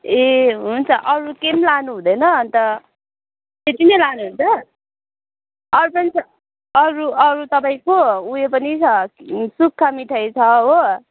ए हुन्छ अरू के पनि लानु हुँदैन अन्त त्यति नै लानु हुन्छ अरू पनि छ अरू अरू तपाईँको उयो पनि छ सुक्खा मिठाई छ हो